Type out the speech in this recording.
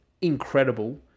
incredible